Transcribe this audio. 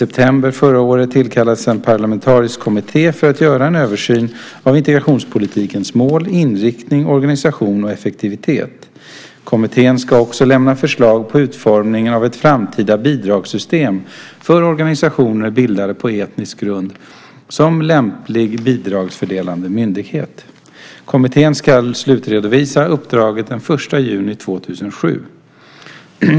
I september förra året tillkallades en parlamentarisk kommitté för att göra en översyn av integrationspolitikens mål, inriktning, organisation och effektivitet . Kommittén ska också lämna förslag på utformning av ett framtida bidragssystem för organisationer bildade på etnisk grund samt lämplig bidragsfördelande myndighet. Kommittén ska slutredovisa uppdraget senast den 1 juni 2007.